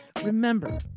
Remember